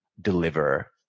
deliver